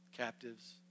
captives